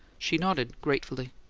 she nodded gratefully.